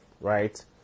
right